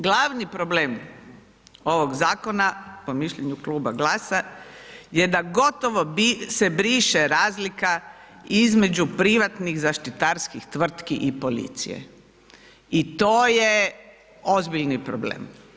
Glavni problem ovog zakona po mišljenju Kluba GLAS-a je da gotovo se briše razlika između privatnih zaštitarskih tvrtki i policije i to je ozbiljni problem.